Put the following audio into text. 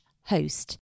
host